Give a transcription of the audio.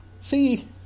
See